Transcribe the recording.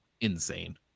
insane